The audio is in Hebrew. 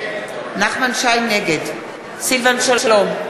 נגד סילבן שלום,